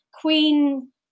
queen